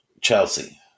Chelsea